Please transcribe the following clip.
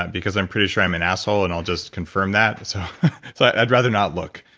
because i'm pretty sure i'm an asshole and i'll just confirm that, so i'd rather not look.